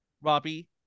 Robbie